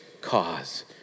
cause